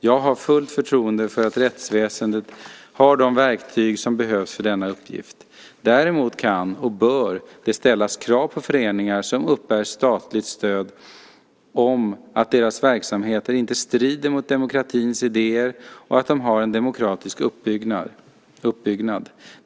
Jag har fullt förtroende för att rättsväsendet har de verktyg som behövs för denna uppgift. Däremot kan, och bör, det ställas krav på föreningar som uppbär statligt stöd om att deras verksamheter inte strider mot demokratins idéer och att de har en demokratisk uppbyggnad.